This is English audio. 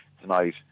tonight